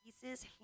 pieces